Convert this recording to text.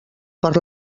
per